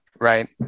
right